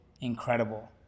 incredible